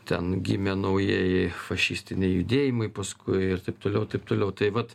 ten gimė naujieji fašistiniai judėjimai paskui ir taip toliau taip toliau tai vat